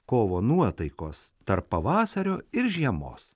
kovo nuotaikos tarp pavasario ir žiemos